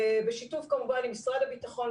בשיתוף כמובן עם משרד הביטחון,